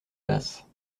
basse